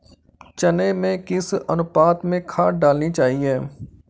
चने में किस अनुपात में खाद डालनी चाहिए?